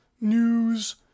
news